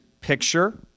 picture